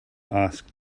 asked